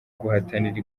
guhatanira